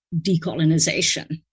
decolonization